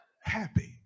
Happy